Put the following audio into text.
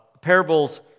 parables